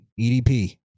EDP